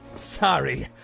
sorry.